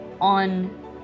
on